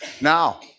Now